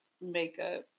makeup